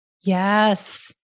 Yes